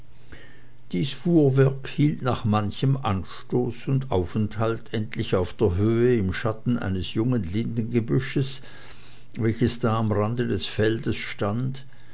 dies fuhrwerk hielt nach manchem anstoß und aufenthalt endlich auf der höhe im schatten eines jungen lindengebüsches welches da am rande des feldes stand